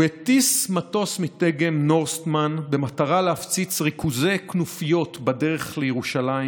הוא הטיס מטוס מדגם נורסמן במטרה להפציץ ריכוזי כנופיות בדרך לירושלים,